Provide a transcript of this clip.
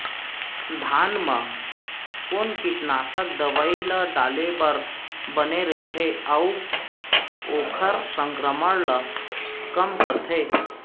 धान म कोन कीटनाशक दवई ल डाले बर बने रइथे, अऊ ओखर संक्रमण ल कम करथें?